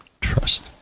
trust